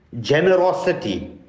generosity